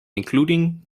including